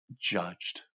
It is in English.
judged